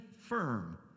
firm